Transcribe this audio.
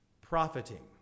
Profiting